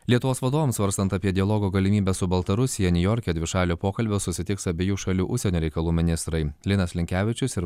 lietuvos vadovams svarstant apie dialogo galimybę su baltarusija niujorke dvišalio pokalbio susitiks abiejų šalių užsienio reikalų ministrai linas linkevičius ir